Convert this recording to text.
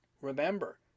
remember